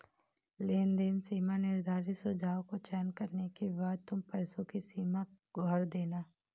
लेनदेन सीमा निर्धारित सुझाव को चयन करने के बाद तुम पैसों की सीमा भर देना